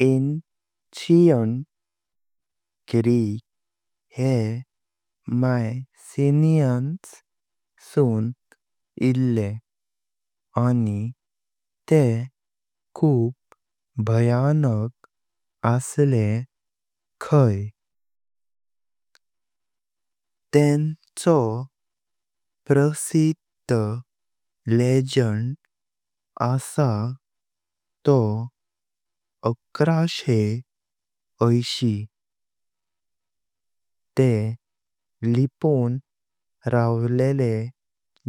Ancient Greek ये Mycenaeans सुन इल्ले आनी ते खूब भयानक असले खाई। तेंचो प्रसिद्ध लीजेंड आसा तो एक हजार एकशे अशीत। ते लिपों रावलेले